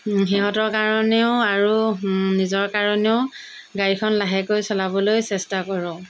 সিহঁতৰ কাৰণেও আৰু নিজৰ কাৰণেও গাড়ীখন লাহেকৈ চলাবলৈ চেষ্টা কৰোঁ